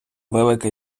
велика